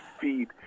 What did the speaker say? feed